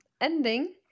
ending